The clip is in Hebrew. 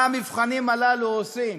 מה המבחנים הללו עושים?